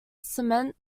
cement